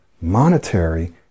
monetary